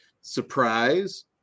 surprise